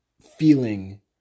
feeling